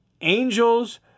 angels